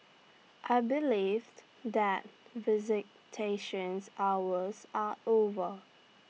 I believed that visitations hours are over